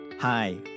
Hi